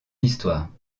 histoire